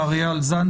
מר איל זנדברג,